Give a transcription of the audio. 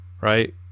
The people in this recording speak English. Right